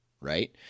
Right